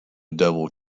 devil